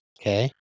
Okay